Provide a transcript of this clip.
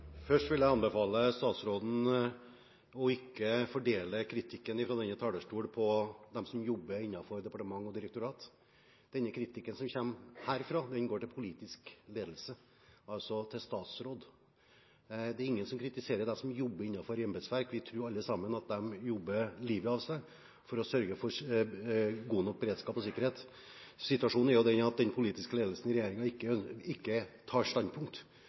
direktorat. Den kritikken som kommer herfra, går til politisk ledelse, altså til statsråden. Det er ingen som kritiserer dem som jobber i embetsverket. Vi tror alle sammen at de jobber livet av seg for å sørge for god nok beredskap og sikkerhet. Situasjonen er jo den at den politiske ledelsen i regjeringen ikke tar standpunkt